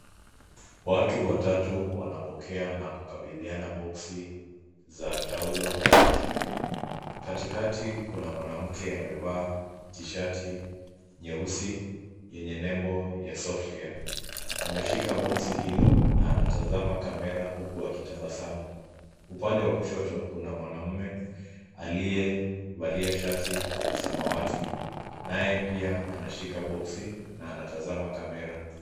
Watu watatu wanapokea na kukabidhiana boksi za taulo za kike. Katikati kuna mwanamke amevaa tishati nyeusi yenye nembo ya Softcare. Ameshika boksi hilo na anatazama kamera huku akitabasamu. Upande wa kushoto kuna mwanaume aliyevalia shati la samawati naye pia anashika boksi na anatazama.